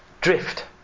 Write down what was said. drift